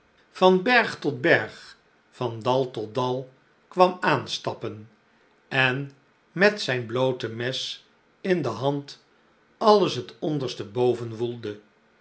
berg tot berg van dal tot dal kwam aanstappen en met zijn bloote mes in de hand alles t onderste boven woelde